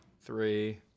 three